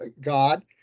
God